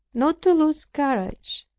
not to lose courage,